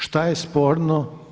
Šta je sporno?